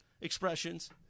Expressions